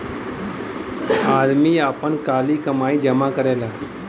आदमी आपन काली कमाई जमा करेला